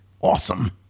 Awesome